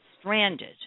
stranded